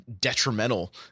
detrimental